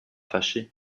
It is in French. fâché